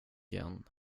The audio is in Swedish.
igen